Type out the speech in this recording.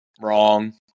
Wrong